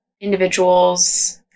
individuals